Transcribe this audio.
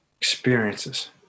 experiences